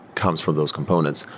comes from those components.